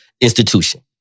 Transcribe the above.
institution